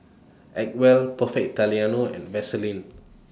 Acwell Perfect Italiano and Vaseline